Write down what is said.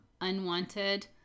unwanted